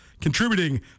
contributing